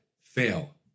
fail